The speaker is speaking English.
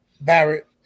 Barrett